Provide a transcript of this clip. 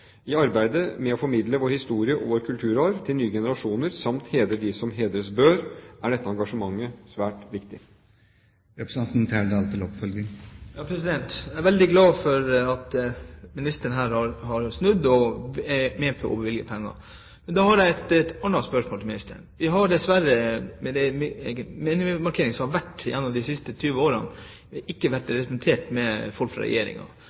I arbeidet med å formidle vår historie og vår kulturarv til nye generasjoner samt hedre dem som hedres bør, er dette engasjementet svært viktig. Jeg er veldig glad for at ministeren her har snudd og er med på å bevilge penger. Men da har jeg et annet spørsmål til ministeren. Vi har dessverre ved de minnemarkeringene som har vært de siste 20 årene, ikke vært representert med folk fra